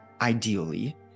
ideally